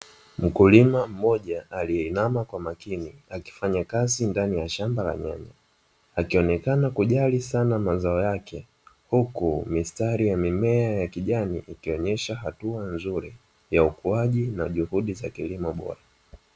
Mkulima mmoja aliyeinama kwa makini akifanya kazi ndani ya shamba la nyanya. Akionekana kujali sana mazao yake, huku mistari ya mimea ya kijani ikionyesha hatua nzuri ya ukuaji na juhudi za kilimo bora.